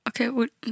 Okay